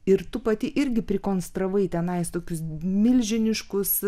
ir tu pati irgi prikonstravai tenais tokius milžiniškus